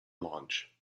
launch